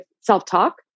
self-talk